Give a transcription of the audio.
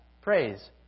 praise